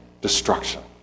destruction